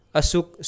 asuk